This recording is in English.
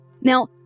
Now